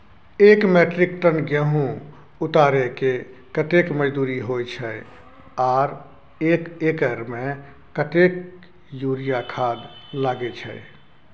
एक metric ton गेहूं उतारेके कतेक मजदूरी होय छै आर एक एकर में कतेक यूरिया खाद लागे छै?